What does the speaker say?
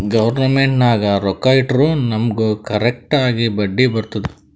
government ನಾಗ್ ರೊಕ್ಕಾ ಇಟ್ಟುರ್ ನಮುಗ್ ಕರೆಕ್ಟ್ ಆಗಿ ಬಡ್ಡಿ ಬರ್ತುದ್